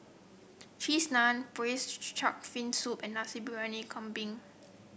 Cheese Naan braised fin soup and Nasi Briyani Kambing